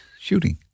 shooting